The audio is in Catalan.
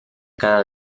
cada